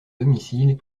domicile